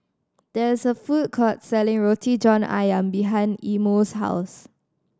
there is a food court selling Roti John Ayam behind Imo's house